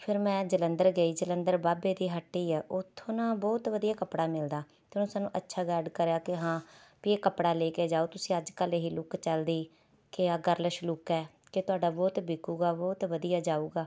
ਫੇਰ ਮੈਂ ਜਲੰਧਰ ਗਈ ਜਲੰਧਰ ਬਾਬੇ ਦੀ ਹੱਟੀ ਆ ਉਥੋਂ ਨਾ ਬਹੁਤ ਵਧੀਆ ਕੱਪੜਾ ਮਿਲਦਾ ਅਤੇ ਉਸਨੇ ਅੱਛਾ ਗਾਈਡ ਕਰਿਆ ਕਿ ਹਾਂ ਬਈ ਇਹ ਕੱਪੜਾ ਲੈ ਕੇ ਜਾਉ ਤੁਸੀਂ ਅੱਜ ਕੱਲ੍ਹ ਇਹ ਲੁੱਕ ਚਲਦੀ ਕਿਹਾ ਗਰਲਿਸ਼ ਲੁੱਕ ਹੈ ਕਿ ਤੁਹਾਡਾ ਬਹੁਤ ਵਿਕੇਗਾ ਬਹੁਤ ਵਧੀਆ ਜਾਊਗਾ